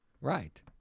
Right